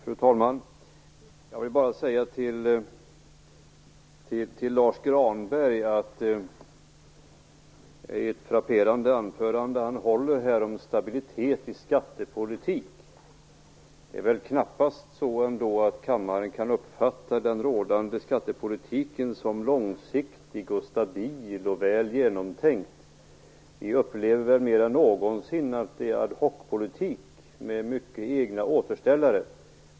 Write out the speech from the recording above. Fru talman! Jag vill bara säga till Lars U Granberg att hans anförande om stabilitet i skattepolitik är frapperande. Kammaren kan väl knappast uppfatta den rådande skattepolitiken som långsiktig, stabil och väl genomtänkt. Vi upplever mer än någonsin att det råder en ad hoc-politik med många återställare.